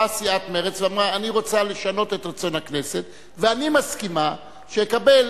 באה סיעת מרצ ואמרה: אני רוצה לשנות את רצון הכנסת ואני מסכימה שאקבל